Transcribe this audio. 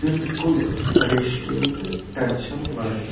بِلکُل پریشٲنۍ تہٕ ٹٮ۪نشَن وَرٲے